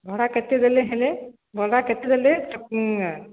ଭଡ଼ା କେତେ ଦେଲେ ହେଲେ ଭଡ଼ା କେତେ ଦେଲେ